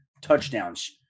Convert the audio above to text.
touchdowns